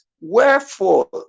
wherefore